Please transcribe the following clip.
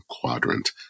quadrant